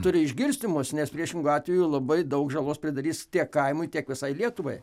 turi išgirsti mus nes priešingu atveju labai daug žalos pridarys tiek kaimui tiek visai lietuvai